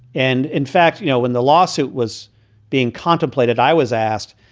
and in fact, you know, when the lawsuit was being contemplated, i was asked,